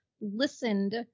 listened